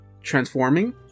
transforming